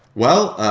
well,